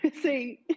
see